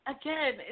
again